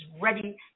ready